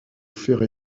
ferré